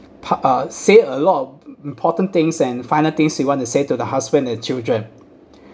pa~ uh say a lot of important things and final things you want to say to the husband and children